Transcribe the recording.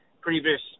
previous